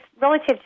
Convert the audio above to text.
relative